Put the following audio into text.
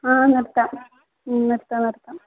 ആ നിർത്താം ഉം നിർത്താം നിർത്താം